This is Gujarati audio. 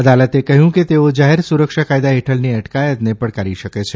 અદાલતે કહ્યું કે તેઓ જાહેર સુરક્ષા કાયદા હેઠળની અટકાયતને પડકારી શકે છે